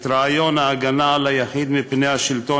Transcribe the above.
את רעיון ההגנה על היחיד מפני השלטון,